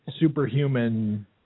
superhuman –